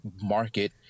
market